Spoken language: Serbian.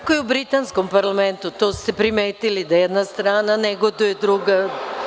Kao u britanskom parlamentu, to ste primetili, da jedna strana negoduje drugu.